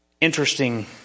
Interesting